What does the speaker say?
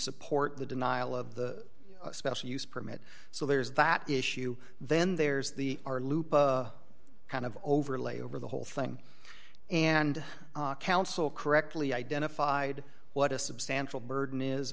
support the denial of the special use permit so there's that issue then there's the are loop kind of overlay over the whole thing and counsel correctly identified what a substantial burden is